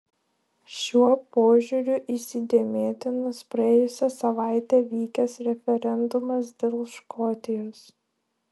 šiuo požiūriu įsidėmėtinas praėjusią savaitę vykęs referendumas dėl škotijos